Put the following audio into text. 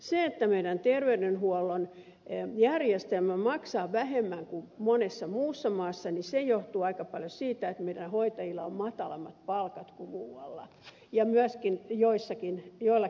se että meillä terveydenhuollon järjestelmä maksaa vähemmän kuin monessa muussa maassa johtuu aika paljon siitä että meillä hoitajilla on matalammat palkat kuin muualla ja myöskin joillakin lääkäreillä